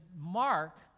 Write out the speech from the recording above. Mark